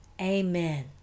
amen